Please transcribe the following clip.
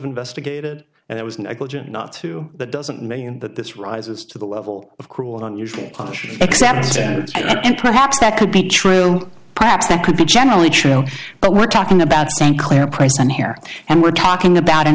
investigated and it was negligent not to that doesn't mean that this rises to the level of cruel and unusual punishment except perhaps that could be true perhaps that could be generally true but we're talking about some clear price in here and we're talking about an